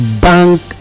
bank